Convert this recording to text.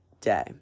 day